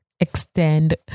Extend